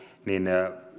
niin